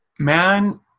Man